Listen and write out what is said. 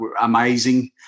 amazing